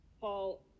Paul